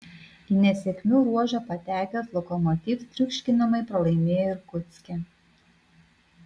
į nesėkmių ruožą patekęs lokomotiv triuškinamai pralaimėjo irkutske